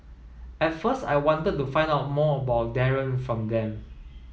at first I wanted to find out more about Darren from them